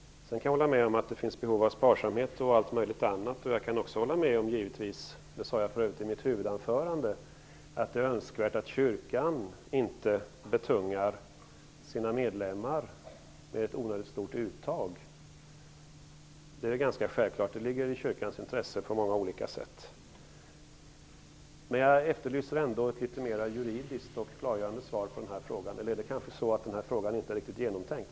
Jag kan hålla med om att det finns behov av sparsamhet och allt möjligt annat, och jag kan givetvis också hålla med om, som jag sade i mitt huvudanförande, att det är önskvärt att kyrkan inte betungar sina medlemmar med ett onödigt stort uttag. Det är ganska självklart; det ligger i kyrkans intresse på många olika sätt. Jag efterlyser ändå ett litet mera juridiskt och klargörande svar på frågan. Eller är det kanske så att den här frågan inte är riktigt genomtänkt?